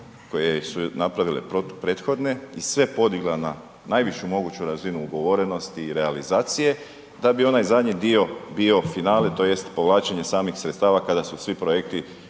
koje su napravile prethodne i sve podigla na najvišu moguću razinu ugovorenosti i realizacije, da bi onaj zadnji dio bio finale, tj. povlačenje samih sredstava kada su svi projekti